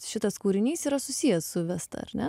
šitas kūrinys yra susiję su vesta ar ne